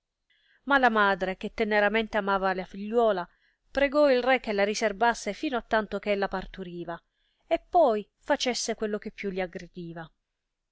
ma la madre che teneramente amava la figliuola pregò il re che la riserbasse fino a tanto che ella parturiva e poi facesse quello che più gli aggradiva